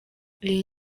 iyi